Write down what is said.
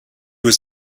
was